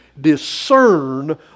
discern